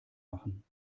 machen